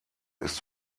ist